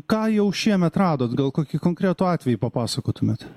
ką jau šiemet radot gal kokį konkretų atvejį papasakotumėt